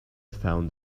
found